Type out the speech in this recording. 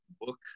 book